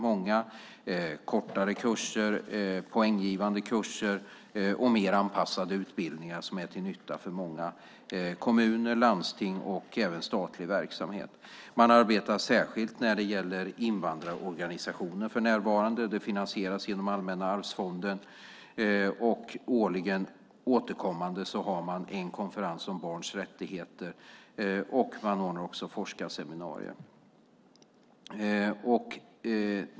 Det är kortare kurser, poänggivande kurser och mer anpassade utbildningar som är till nytta för många kommuner och landsting och även för statlig verksamhet. Man arbetar för närvarande särskilt med invandrarorganisationer. Det finansieras genom Allmänna arvsfonden. Man har en årligen återkommande konferens om barns rättigheter. Man ordnar också forskarseminarier.